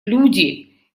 люди